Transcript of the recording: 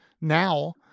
now